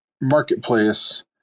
marketplace